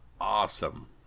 awesome